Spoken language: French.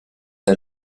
tel